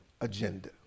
agenda